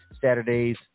Saturdays